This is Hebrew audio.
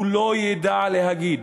הוא לא ידע להגיד